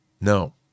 No